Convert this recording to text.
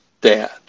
dad